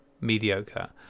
mediocre